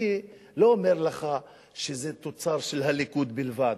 אני לא אומר לך שזה תוצר של הליכוד בלבד.